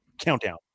countdown